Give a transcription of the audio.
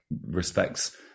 respects